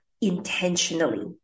intentionally